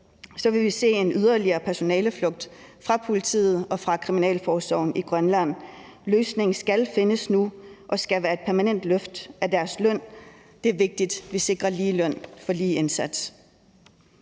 vil vi se en yderligere personaleflugt fra politiet og fra kriminalforsorgen i Grønland. Løsningen skal findes nu, og det skal være et permanent løft af deres løn. Det er vigtigt, at vi sikrer lige løn for lige indsats.